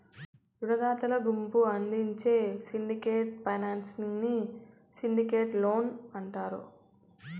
రునదాతల గుంపు అందించే సిండికేట్ ఫైనాన్సింగ్ ని సిండికేట్ లోన్ అంటారు